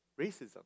racism